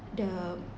the